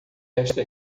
esta